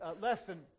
lesson